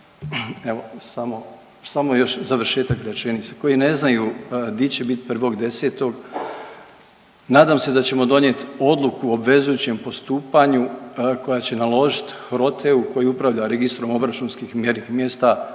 Evo samo još završetak rečenice. Koji ne znaju di će bit 1.10. Nadam se da ćemo donijeti odluku o obvezujućem postupanju koja će naložiti HROTE-u koji upravlja registrom obračunskih mjesta da